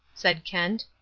said kent.